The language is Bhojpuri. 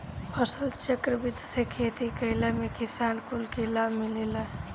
फसलचक्र विधि से खेती कईला में किसान कुल के लाभ मिलेला